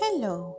Hello